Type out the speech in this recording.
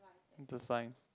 it's a science